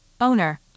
owner